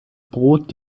brot